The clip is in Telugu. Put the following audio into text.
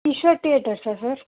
ఈశ్వర్ థియేటర్సా సార్